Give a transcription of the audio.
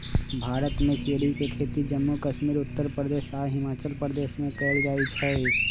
भारत में चेरी के खेती जम्मू कश्मीर उत्तर प्रदेश आ हिमाचल प्रदेश में कएल जाई छई